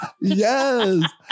Yes